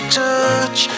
touch